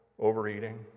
overeating